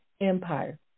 empire